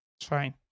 fine